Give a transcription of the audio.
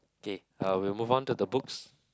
K uh we will move on to the books